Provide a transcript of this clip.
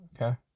okay